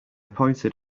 pointed